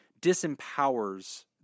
disempowers